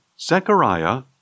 Zechariah